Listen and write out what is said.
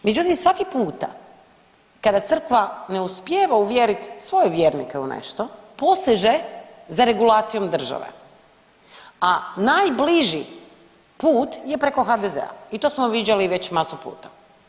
Međutim svaki puta kada crkva ne uspijeva uvjerit svoje vjernike u nešto poseže za regulacijom države, a najbliži put je preko HDZ-a i to smo viđali već masu puta.